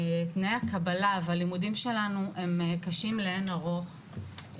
תנאי הקבלה והלימודים שלנו הם קשים לאין ערוך,